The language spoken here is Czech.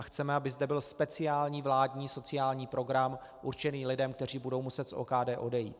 Chceme, aby zde byl speciální vládní sociální program určený lidem, kteří budou muset z OKD odejít.